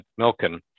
Milken